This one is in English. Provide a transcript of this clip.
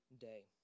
day